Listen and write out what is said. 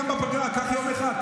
גם בפגרה תיקח יום אחד,